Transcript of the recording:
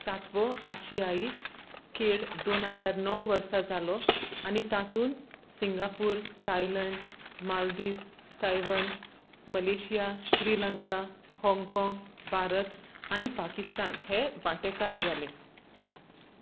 सातवो आशियाई खेळ दोन हजार णव वर्सां जालो आनी तातूंत Singapore Thailand Maldives Taiwan Malaysia Sri Lanka हाँगकाँग भारत आनी पाकिस्तान हे वांटेकार जाले